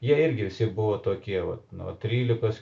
jie irgi visi buvo tokie vat nuo trylikos